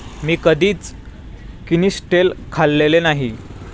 मी कधीच किनिस्टेल खाल्लेले नाही